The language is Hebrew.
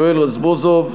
יואל רזבוזוב,